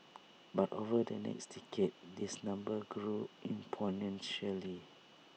but over the next decade this number grew exponentially